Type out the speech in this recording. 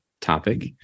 topic